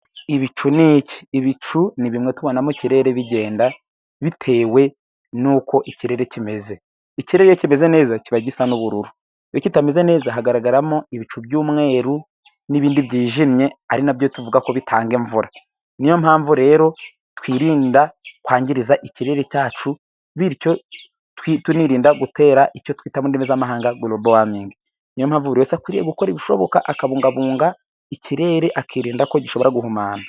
Ibicu ni iki ? Ibicu ni bimwe tubona mu kirere bigenda, bitewe n'uko ikirere kimeze. Ikirere kimeze neza kiba gisa n'ubururu. Iyo kitameze neza, hagaragaramo ibicu by'umweru, n'ibindi byijimye ari nabyo tuvuga ko bitanga imvura. Niyo mpamvu rero twirinda kwangiriza ikirere cyacu, bityo tunirinda gutera icyo twita mu ndimi z'amahanga gorobo wamingi. Niyo mpamvu buri wese akwiriye gukora ibishoboka, akabungabunga ikirere, akirinda ko gishobora guhumana.